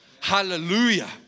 Hallelujah